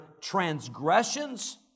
transgressions